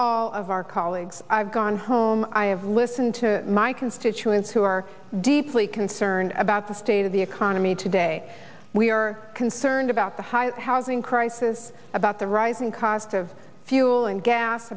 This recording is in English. all of our colleagues i've gone home i have listened to my constituents who are deeply concerned about the state of the economy today we are concerned about the high housing crisis about the rising cost of fuel and gas